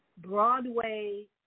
Broadway